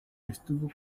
estuvo